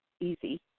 easy